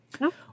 No